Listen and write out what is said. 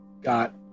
got